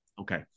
Okay